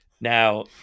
Now